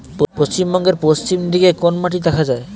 পশ্চিমবঙ্গ পশ্চিম দিকে কোন মাটি দেখা যায়?